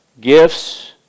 gifts